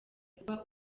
kuba